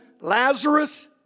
Lazarus